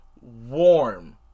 warm